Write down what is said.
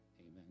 Amen